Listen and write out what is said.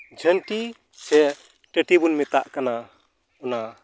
ᱡᱷᱟᱹᱱᱴᱤ ᱥᱮ ᱴᱟᱹᱴᱤᱣᱟᱹ ᱵᱚᱱ ᱢᱮᱛᱟᱜ ᱠᱟᱱᱟ ᱚᱱᱟ